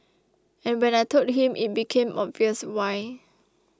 and when I told him it became obvious why